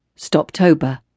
Stoptober